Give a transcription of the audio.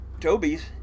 toby's